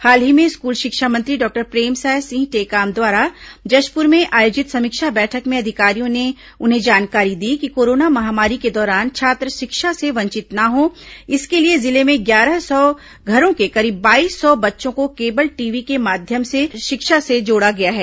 हाल ही में स्कूल शिक्षा मंत्री डॉक्टर प्रेमसाय सिंह टेकाम द्वारा जशपुर में आयोजित समीक्षा बैठक में अधिकारियों ने उन्हें जानकारी दी कि कोरोना महामारी के दौरान छात्र शिक्षा से वंचित न हो इसके लिए जिले में ग्यारह सौ घरों के करीब बाईस सौ बच्चों को केबल टीवी के माध्यम से शिक्षा से जोड़ा गया है